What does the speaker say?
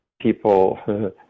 people